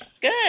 Good